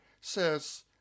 says